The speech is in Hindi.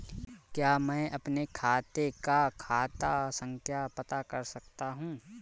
क्या मैं अपने खाते का खाता संख्या पता कर सकता हूँ?